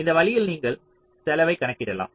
இந்த வழியில் நீங்கள் செலவைக் கணக்கிடலாம்